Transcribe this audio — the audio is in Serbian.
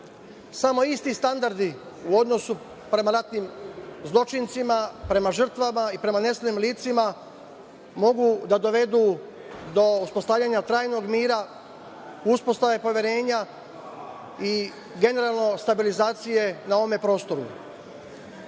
Samo isti standardi, u odnosu prema ratnim zločincima, prema žrtvama i prema nestalim licima, mogu da dovedu do uspostavljanja trajnog mira, uspostave poverenja i generalno stabilizacije na ovom prostoru. Smatram